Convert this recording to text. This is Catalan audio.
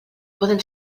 poden